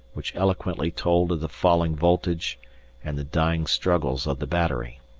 which eloquently told of the falling voltage and the dying struggles of the battery.